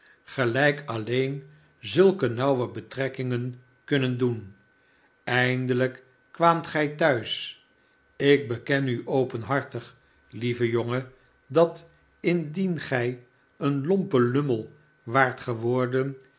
gelijk alleen zulke nauwe betrekkingen kunnen doen eindelijk kwaamt gij thuis ik beken u openhartig lieve jongen dat indien gij een lompe lummel waart geworden